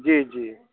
जी जी